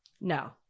No